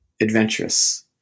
adventurous